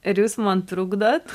ir jūs man trukdot